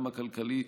גם הכלכלי,